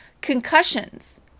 concussions